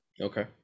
Okay